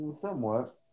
Somewhat